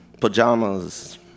pajamas